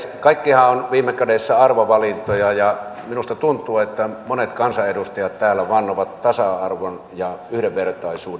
kaikkihan ovat viime kädessä arvovalintoja ja minusta tuntuu että monet kansanedustajat täällä vannovat tasa arvon ja yhdenvertaisuuden nimeen